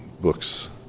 books